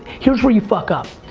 here's where you fuck up.